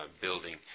building